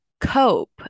cope